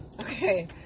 Okay